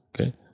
okay